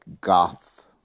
goth